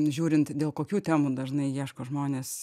žiūrint dėl kokių temų dažnai ieško žmonės